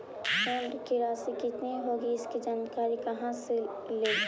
Loan की रासि कितनी होगी इसकी जानकारी कहा से ली?